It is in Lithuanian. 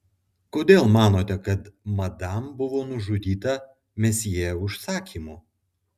kodėl manote kad madam buvo nužudyta mesjė užsakymu